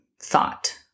thought